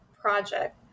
project